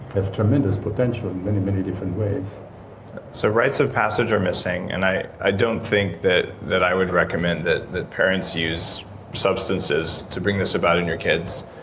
have tremendous potential in many different ways so, rites of passage are missing, and i i don't think that that i would recommend that that parents use substances to bring this about in your kids,